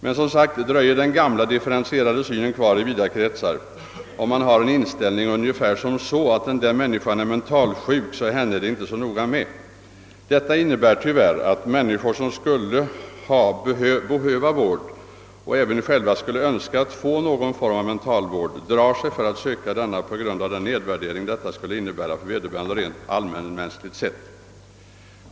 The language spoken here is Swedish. Tyvärr dröjer dock den gamla differentierade synen kvar i vida kretsar och man har ungefär den inställningen att »den där människan är mentalsjuk, så henne är det inte så noga med». Detta innebär tyvärr att människor som behöver och även själva skulle önska någon form av mentalvård drar sig för att söka sådan på grund av den nedvärdering som den skulle innebära för vederbörande rent allmänmänskligt sett.